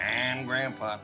and grandpa